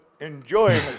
enjoying